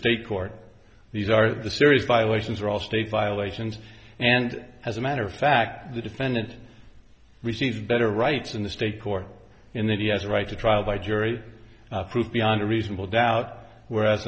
state court these are the serious violations are all state violations and as a matter of fact the defendant receives better rights in the state court in that he has a right to trial by jury proof beyond a reasonable doubt whereas